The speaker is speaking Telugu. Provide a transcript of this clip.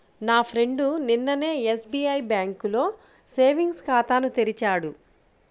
నా ఫ్రెండు నిన్ననే ఎస్బిఐ బ్యేంకులో సేవింగ్స్ ఖాతాను తెరిచాడు